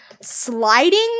sliding